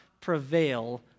prevail